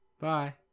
Bye